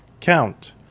Count